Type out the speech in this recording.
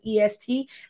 EST